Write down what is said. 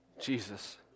Jesus